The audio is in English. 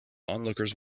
onlookers